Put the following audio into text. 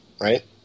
right